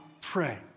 pray